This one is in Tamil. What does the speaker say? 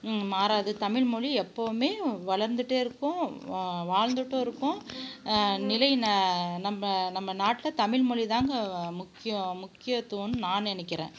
மாறாது தமிழ் மொழி எப்போதுமே வளர்ந்துகிட்டே இருக்கும் வா வாழ்ந்துட்டும் இருக்கும் நிலை ந நம்ப நம்ப நாட்டில் தமிழ் மொழி தாங்க முக்கிய முக்கியத்துவம்னு நான் நெனைக்கிறேன்